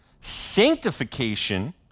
sanctification